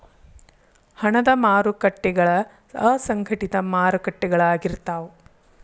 ಹಣದ ಮಾರಕಟ್ಟಿಗಳ ಅಸಂಘಟಿತ ಮಾರಕಟ್ಟಿಗಳಾಗಿರ್ತಾವ